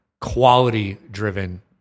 quality-driven